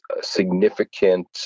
significant